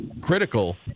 critical